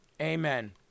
Amen